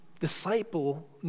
Disciple